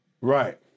right